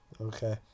Okay